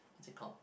what's it called